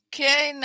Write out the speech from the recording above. Okay